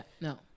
No